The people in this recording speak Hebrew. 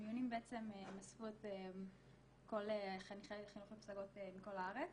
המיונים אספו את כל חניכי חינוך לפסגות מכל הארץ,